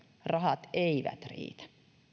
rahat eivät riitä